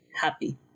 happy